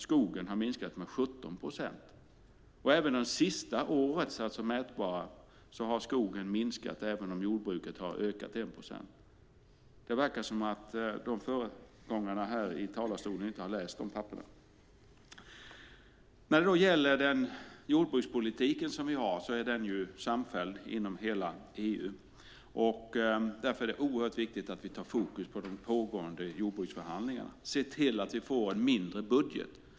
Skogen har minskat med 17 procent. Även det senaste mätbara året har skogen minskat, även om jordbruket har ökat 1 procent. Det verkar som att de föregående talarna inte har läst de här papperen. När det gäller jordbrukspolitiken är den ju samfälld inom hela EU, och därför är det oerhört viktigt att vi har fokus på de pågående jordbruksförhandlingarna och ser till att vi får en mindre budget.